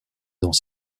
dans